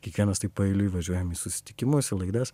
kiekvienas paeiliui važiuojam į susitikimus į laidas